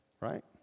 right